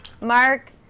Mark